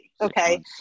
okay